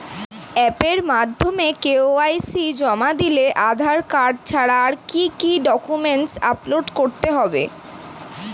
অ্যাপের মাধ্যমে কে.ওয়াই.সি জমা দিলে আধার কার্ড ছাড়া আর কি কি ডকুমেন্টস আপলোড করতে হবে?